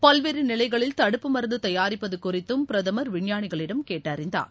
பல்வேறு நிலைகளில் தடுப்பு மருந்து தயாரிப்பது குறித்தும் பிரதமர் விஞ்ஞானிகளிடம் கேட்டறிந்தார்